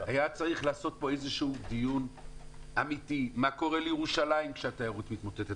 היה צריך לעשות פה דיון אמיתי מה קורה לירושלים כשהתיירות מתמוטטת?